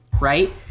Right